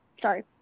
sorry